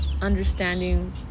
understanding